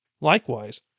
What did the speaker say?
Likewise